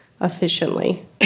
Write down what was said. efficiently